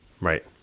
Right